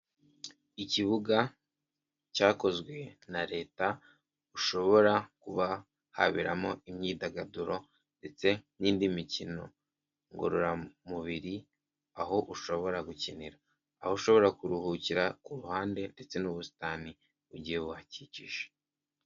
Ikibuga cyakozwe na leta ushobora kuba haberamo imyidagaduro ndetse n'indi mikino ngororamubiri aho ushobora gukinira aho ushobora kuruhukira ku ruhande ndetse n'ubusitani bugiye buhakikije.